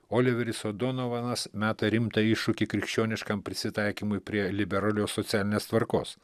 oliveris odonovanas meta rimtą iššūkį krikščioniškam prisitaikymui prie liberalios socialinės tvarkos